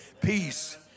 Peace